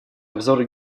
обзору